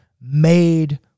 made